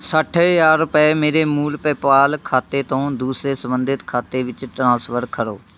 ਸੱਠ ਹਜ਼ਾਰ ਰੁਪਏ ਮੇਰੇ ਮੂਲ ਪੇਪਾਲ ਖਾਤੇ ਤੋਂ ਦੂਸਰੇ ਸੰਬੰਧਿਤ ਖਾਤੇ ਵਿੱਚ ਟ੍ਰਾਂਸਫਰ ਕਰੋ